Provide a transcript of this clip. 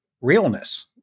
realness